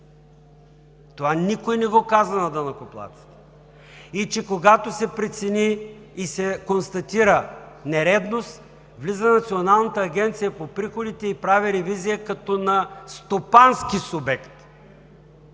Това никой не го каза на данъкоплатците. Когато се прецени и се констатира нередност, влиза Националната агенция по приходите и прави ревизия като на стопански субект.